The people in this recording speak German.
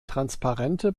transparente